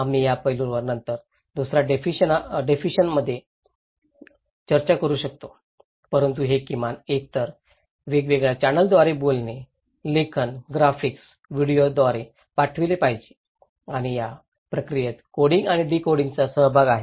आम्ही या पैलूवर नंतर दुसर्या डेफिनेशननात चर्चा करू शकतो परंतु हे किमान एक तरी वेगवेगळ्या चॅनेलद्वारे बोलणे लेखन ग्राफिक्स व्हिडिओद्वारे पाठविले पाहिजे आणि या प्रक्रियेत कोडिंग आणि डिकोडिंगचा सहभाग आहे